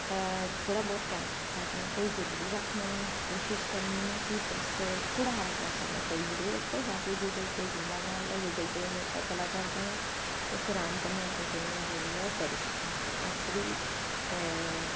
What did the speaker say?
थोह्ड़ा बोह्त कैश तुसै अपनै कोल जरूरी रक्खना ऐं कोशिस करनी ऐ कि तुस थोह्ड़ा सारा कैश अपने कोल जरूरी रक्खो बाकी गुगल पे जिंदाबाद ऐ गुगल पे हमेशा चला करदा ऐ तुस राम कन्नै अपनी पेमैंट जेह्ड़ी ऐ ओह् करी सकने ते अस बी